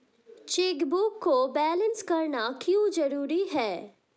Chequebook को balance करना क्यों जरूरी है?